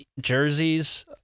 jerseys